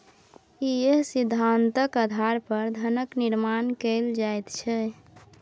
इएह सिद्धान्तक आधार पर धनक निर्माण कैल जाइत छै